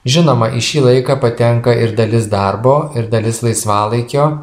žinoma į šį laiką patenka ir dalis darbo ir dalis laisvalaikio